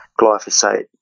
glyphosate